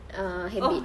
err habit